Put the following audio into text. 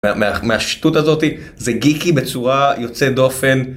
מהשטות הזאתי, זה גיקי בצורה יוצאת דופן.